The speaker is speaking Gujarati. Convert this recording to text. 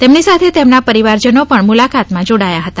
તેમની સાથે તેમના પરિજનો પણ મુલાકાત માં જોડાયા હતા